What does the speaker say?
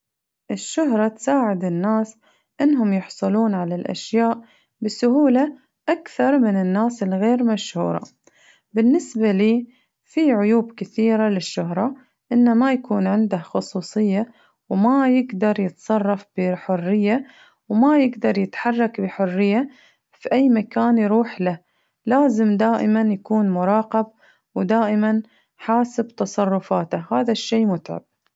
الشهرة تساعد الناس إنهم يحصلون على الأشياء بسهولة أكثر من الناس الغير مشهورة، بالنسبة لي يكون في عيوب كثيرة للشهرة إنه ما يكون عنده خصوصية وما يقدر يتصرف بحرية وما يقدر يتحرك بحرية فأي مكان يروح له لازم دائماً يكون مراقب ودائماً حاسب تصرفاته وهذا الشي متعب.